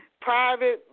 private